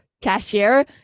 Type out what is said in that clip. cashier